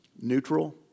neutral